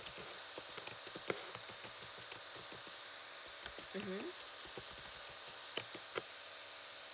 mmhmm